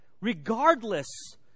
regardless